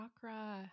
chakra